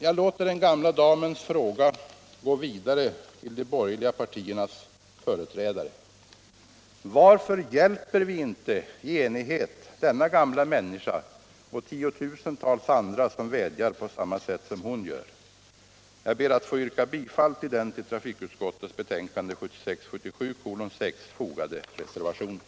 Jag låter den gamla damens fråga gå vidare till de borgerliga partiernas företrädare. Varför hjälper vi inte i enighet denna gamla människa och tiotusentals andra som vädjar på samma sätt som hon gör? Jag ber att få yrka bifall till den till trafikutskottets betänkande 1976/77:6 fogade reservationen.